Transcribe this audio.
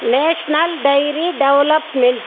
national dairy development